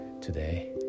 today